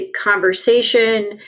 conversation